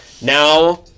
Now